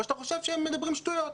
או שאתה חושב שהם מדברים שטויות?